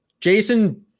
Jason